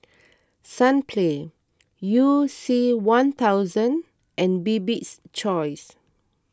Sunplay You C one thousand and Bibik's Choice